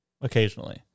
Occasionally